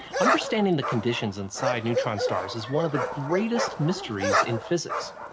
understanding the conditions inside neutron stars is one of the greatest mysteries in physics.